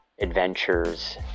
adventures